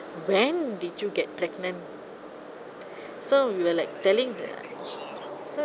when did you get pregnant so we were like telling so